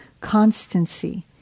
constancy